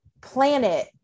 planet